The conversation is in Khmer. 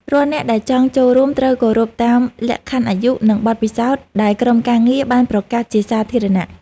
រាល់អ្នកដែលចង់ចូលរួមត្រូវគោរពតាមលក្ខខណ្ឌអាយុ និង បទពិសោធន៍ដែលក្រុមការងារបានប្រកាសជាសាធារណៈ។